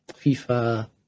FIFA